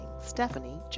Stephanie